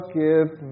give